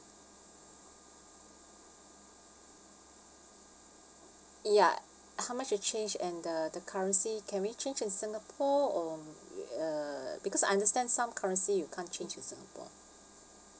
ya how much exchange and the the currency can we change in singapore or uh because I understand some currency you can't change in singapore